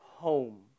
home